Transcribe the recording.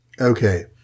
Okay